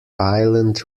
island